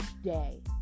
day